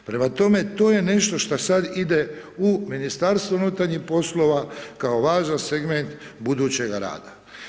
Prema tome, to je nešto šta sad ide u Ministarstvo unutarnjih poslova, kao važan segment budućega rada.